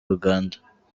uganda